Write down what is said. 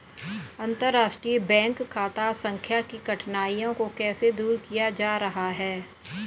अंतर्राष्ट्रीय बैंक खाता संख्या की कठिनाइयों को कैसे दूर किया जा रहा है?